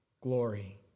glory